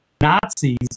Nazis